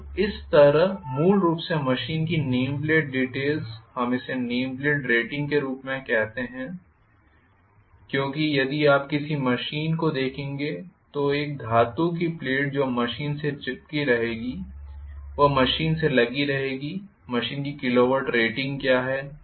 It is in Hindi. तो इस तरह मूल रूप से मशीन की नेम प्लेट डीटेल्स हम इसे नेम प्लेट रेटिंग के रूप में कहते हैं क्योंकि यदि आप किसी भी मशीन को देखेंगे तो एक धातु की प्लेट जो मशीन से चिपकी रहेगी वह मशीन से लगी रहेंगी मशीन की किलोवाट रेटिंग क्या है